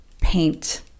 paint